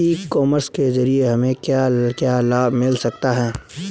ई commerce के ज़रिए हमें क्या क्या लाभ मिल सकता है?